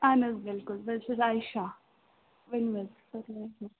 اَہَن حظ بِلکُل بہٕ حظ چھَس عایشہ ؤنِو حظ